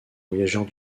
voyageurs